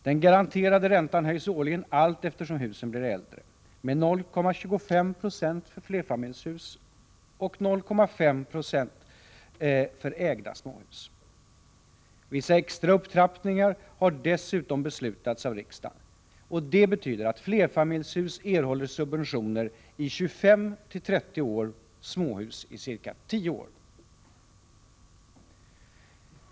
Den garanterade räntan höjs årligen allt eftersom husen blir äldre — med 0,25 9 för flerfamiljshus och 0,5 20 för ägda småhus. Vissa extra upptrappningar har dessutom beslutats av riksdagen. Det betyder att flerfamiljshus erhåller subventioner i 25-30 år och småhus i ca 10 år.